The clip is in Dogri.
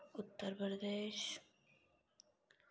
उत्तर प्रदेश